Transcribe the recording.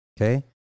Okay